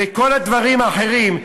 וכל הדברים האחרים,